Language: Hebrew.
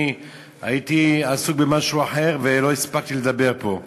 אני הייתי עסוק במשהו אחר ולא הספקתי לדבר פה,